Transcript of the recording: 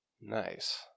nice